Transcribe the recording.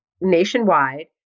nationwide